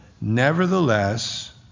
nevertheless